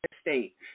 state